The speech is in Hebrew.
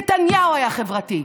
נתניהו היה חברתי,